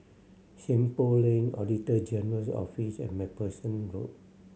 Seng Poh Lane Auditor General's Office and Macpherson Road